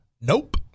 Nope